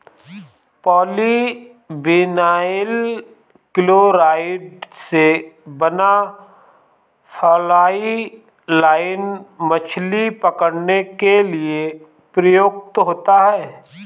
polyvinyl chloride से बना fly line मछली पकड़ने के लिए प्रयुक्त होता है